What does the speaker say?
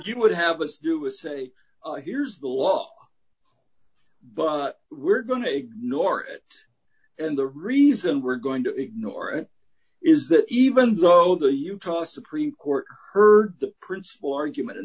you would have us do is say oh here's the law but we're going to ignore it and the reason we're going to ignore it is that even though the utah supreme court heard the principal argument in